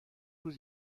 روز